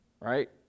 right